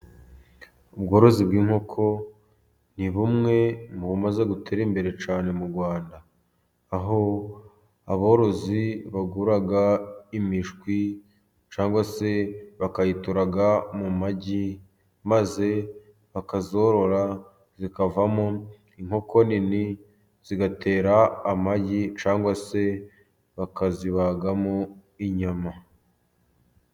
Ubworozi bw' inkoko ni bumwe mu bumaze gutera imbere cyane mu Rwanda, aho aborozi bagura imishwi cyangwa se bakayituraga mu magi, maze bakazorora zikavamo inkoko nini, zigatera amagi cyangwa se bakazibagamo inyama.